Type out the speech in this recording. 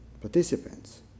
participants